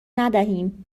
ندهیم